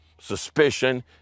suspicion